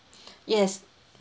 yes